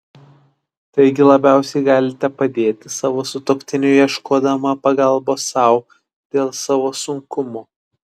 taigi labiausiai galite padėti savo sutuoktiniui ieškodama pagalbos sau dėl savo sunkumo